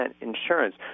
insurance